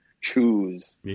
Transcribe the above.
choose